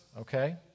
okay